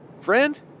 friend